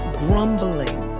grumbling